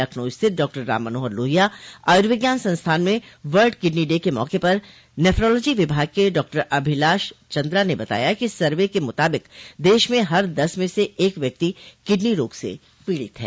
लखनऊ स्थित डॉक्टर राममनोहर लोहिया आयुर्विज्ञान संस्थान में वर्ल्ड किडनी डे के मौक पर निफालोजी विभाग के डॉक्टर अभिलाष चन्दा ने बताया कि सर्वे के मुताबिक देश में हर दस में से एक व्यक्ति किडनी रोग से पीड़ित है